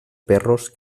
perros